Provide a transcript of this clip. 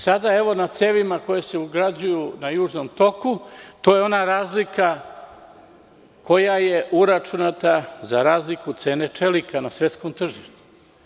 Sada, na cevima koje se ugrađuju na Južnom toku, to je ona razlika koja je uračunata za razliku cene čelika na svetskom tržištu.